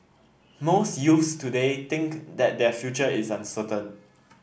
most youths today think that their future is uncertain